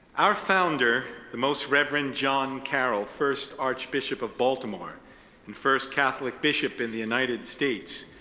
our founder, the most reverend john carroll, first archbishop of baltimore and first catholic bishop in the united states,